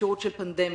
אפשרות של פנדמיה.